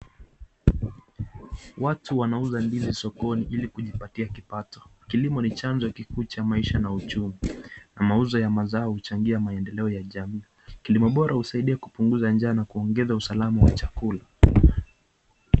watu wanauza ndizi sokoni ili kujipatia kipato kilimo ni chanzo ya kikuu cha maisha na uchumi na mauzo ya mazao uchangia maendeleo ya jamii kilimo bora usaidia kupunguza njaa na kuongeza usalama wa chakula.